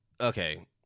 okay